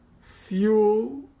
fuel